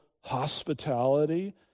hospitality